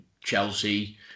Chelsea